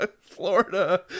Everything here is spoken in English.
Florida